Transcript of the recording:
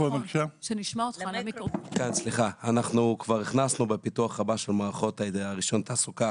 אנחנו כבר הכנסנו בפיתוח הבא של מערכות רישיון תעסוקה